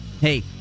hey